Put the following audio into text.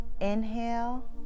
Inhale